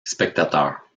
spectateurs